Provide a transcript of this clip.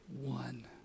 one